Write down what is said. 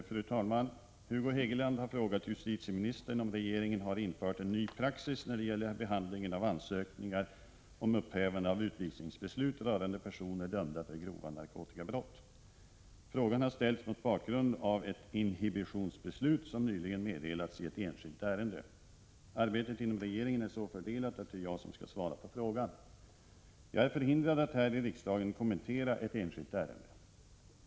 Fru talman! Hugo Hegeland har frågat justitieministern om regeringen har infört en ny praxis när det gäller behandlingen av ansökningar om upphävande av utvisningsbeslut rörande personer dömda för grova narkotikabrott. Frågan har ställts mot bakgrund av ett inhibitionsbeslut som nyligen meddelats i ett enskilt ärende. Arbetet inom regeringen är så fördelat att det är jag som skall svara på frågan. Jag är förhindrad att här i riksdagen kommentera ett enskilt ärende.